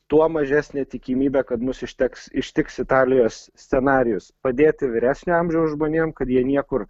tuo mažesnė tikimybė kad mus išteks ištiks italijos scenarijus padėti vyresnio amžiaus žmonėm kad jie niekur